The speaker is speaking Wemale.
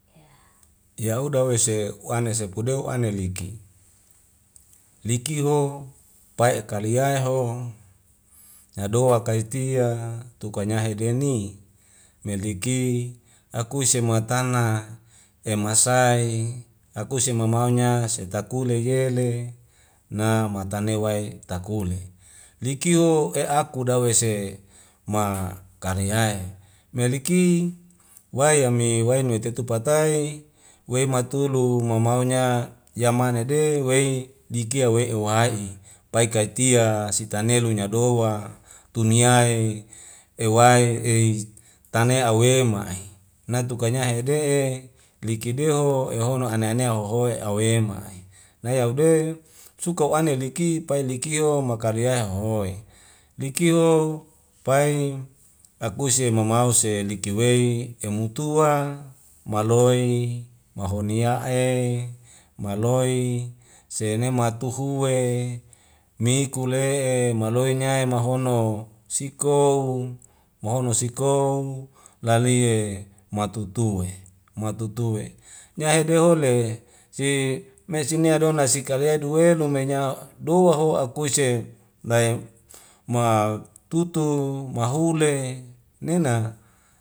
Ya'uda wese wane sepu deu wa'ane liki liki ho pae'e kale yaiho nadoak kai tia tuka nyahedeni me liki akuse ma tana emasai akuse maumaunya setakule yele na matane takule liki o e aku dawese ma kariae me liki wai ya mi wai nuwetetu patai wei matulu mamaunya yamana de wei likie we'e wai i pai kaitia sitane lunya do wa tuni ae ewai eiz tana e awema'i natuka nyahede'e liki deho ohono ane anea hohoe' awema i nai audeu suka wa'ane liki pai liki ho makelayo hohoe liki o pai akuse mamause liki wei emutua maloe mahoniya'e maloi senema tuhue miku le'e maloe nyai mahono siko mahono sikou lalie matutue matutue nyahede hole si mesi nia dona sikalea duwe lumenyaho dowah ho'a aikuse ndaing ma tutu mahule nena